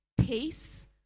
peace